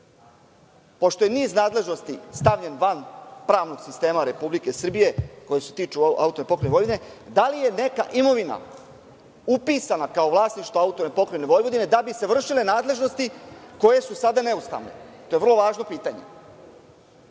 pošto je niz nadležnosti stavljen van pravnog sistema Republike Srbije, koja se tiču AP Vojvodine, da li je neka imovina upisana kao vlasništvo AP Vojvodine da bi se vršile nadležnosti koje su sada neustavne? To je vrlo važno pitanje.